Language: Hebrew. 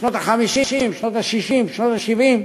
בשנות ה-50, שנות ה-60, שנות ה-70,